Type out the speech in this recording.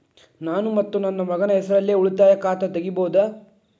ನಾನು ಮತ್ತು ನನ್ನ ಮಗನ ಹೆಸರಲ್ಲೇ ಉಳಿತಾಯ ಖಾತ ತೆಗಿಬಹುದ?